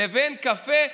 לבין קפה,